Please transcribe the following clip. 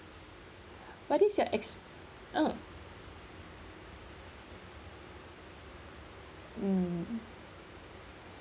what is your ex~ mm mm